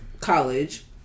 college